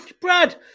Brad